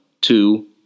two